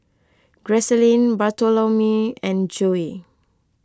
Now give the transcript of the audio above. Gracelyn Bartholomew and Joye